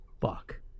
fuck